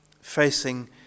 facing